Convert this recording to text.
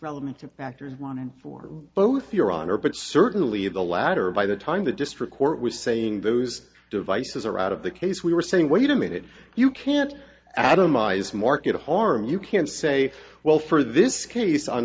relevant to factors one in for both your honor but certainly the latter by the time the district court was saying those devices are out of the case we were saying wait a minute you can't atomize market harm you can say well for this case on